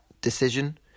decision